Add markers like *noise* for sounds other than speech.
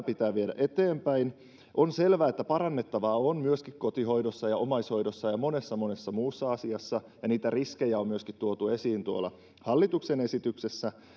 *unintelligible* pitää viedä eteenpäin on selvää että parannettavaa on myöskin kotihoidossa ja omaishoidossa ja monessa monessa muussa asiassa ja niitä riskejä on myöskin tuotu esiin tuolla hallituksen esityksessä